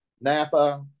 Napa